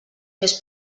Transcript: més